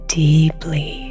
deeply